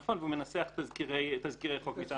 נכון, והוא מנסח תזכירי חוק.